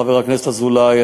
חבר הכנסת אזולאי,